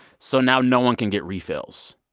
so now no one can get refills.